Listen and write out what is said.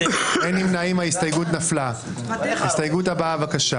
אין ההסתייגות מס' 2 של קבוצת סיעת חד"ש-תע"ל לא נתקבלה.